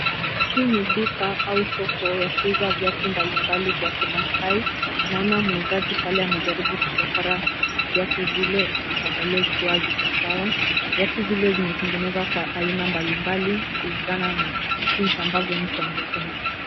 Hii ni duka au soko ya kuuza viatu mbalimbali vya kimasai. Naona muuzaji pale anajaribu kuchokora viatu hivyo na kuangalia ikiwa viko sawa. Viatu hivyo vimetengenezwa kwa aina mbali mbali kulingana na jinsi ambavyo mtu angependa.